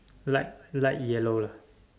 light light yellow lah